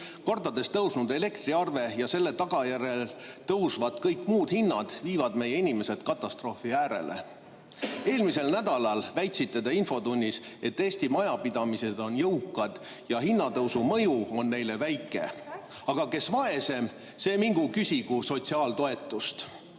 Kordades tõusnud elektriarve ja selle tagajärjel tõusvad kõik muud hinnad viivad meie inimesed katastroofi äärele. Eelmisel nädalal väitsite te infotunnis, et Eesti majapidamised on jõukad ja hinnatõusu mõju on neile väike. Ja kes on vaesem, see mingu küsigu sotsiaaltoetust. See